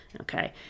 Okay